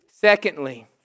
Secondly